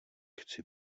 chci